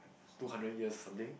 two hundred years something